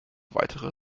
weitere